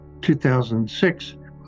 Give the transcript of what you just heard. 2006